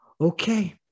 Okay